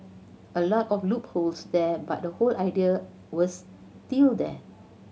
a lot of loopholes there but the whole idea was still there